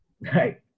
Right